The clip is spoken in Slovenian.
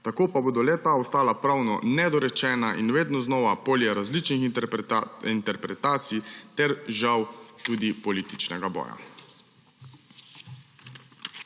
tako pa bodo le-ta ostala pravno nedorečena in vedno znova polje različnih interpretacij ter žal tudi političnega boja.